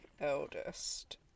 eldest